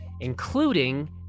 including